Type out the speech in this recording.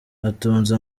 atunze